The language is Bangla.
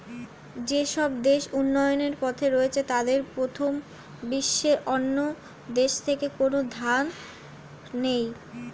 যেসব দেশ উন্নয়নের পথে রয়েছে তাদের প্রথম বিশ্বের অন্যান্য দেশ থেকে কোনো ধার নেই